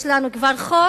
יש לנו כבר חוק